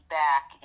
back